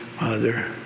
Mother